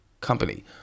company